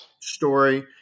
story